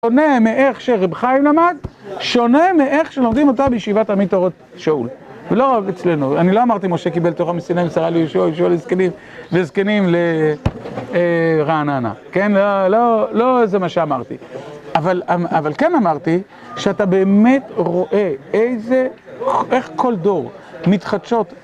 שונה מאיך שרב חיים למד, שונה מאיך שלומדים אותה בישיבת עמית אורות שאול. לא אצלנו, אני לא אמרתי משה קיבל תורה מסיני, מסרה ליהושע, יהושע לזקנים, וזקנים לרעננה, כן? לא זה מה שאמרתי. אבל כן אמרתי שאתה באמת רואה איזה, איך כל דור מתחדשות.